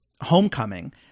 homecoming